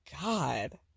God